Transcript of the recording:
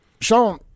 Sean